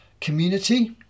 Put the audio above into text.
community